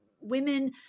women